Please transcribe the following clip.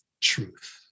truth